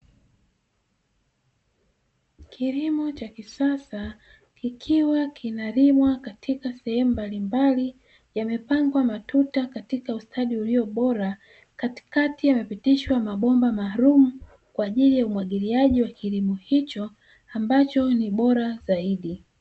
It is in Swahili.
Kilimo cha kisasa kikiwa kinalimwa katika sehemu mbalimbali, yamepangwa matuta katika ustadi ulio bora katikati yamepitishwa mabomba maalumu kwaajili ya umwagiliaji wa kilimo hicho ambacho ni bora zaidi.